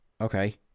Okay